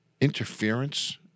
interference